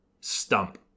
stump